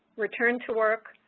return to work,